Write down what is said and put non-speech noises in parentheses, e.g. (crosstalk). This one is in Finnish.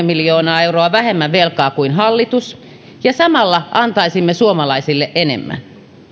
(unintelligible) miljoonaa euroa vähemmän velkaa kuin hallitus ja samalla antaisimme suomalaisille enemmän